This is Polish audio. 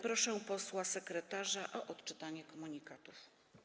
Proszę posła sekretarza o odczytanie komunikatów.